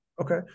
okay